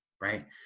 right